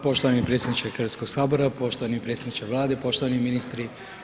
Poštovani predsjedniče Hrvatskog sabora, poštovani predsjedniče Vlade, poštovani ministri.